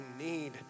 need